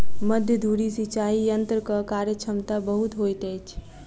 मध्य धुरी सिचाई यंत्रक कार्यक्षमता बहुत होइत अछि